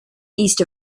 east